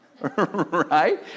Right